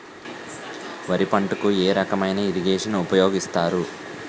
వరి పంటకు ఏ రకమైన ఇరగేషన్ ఉపయోగిస్తారు?